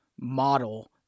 model